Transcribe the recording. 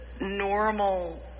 normal